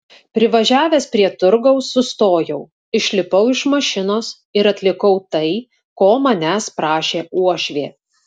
privažiavęs prie turgaus sustojau išlipau iš mašinos ir atlikau tai ko manęs prašė uošvė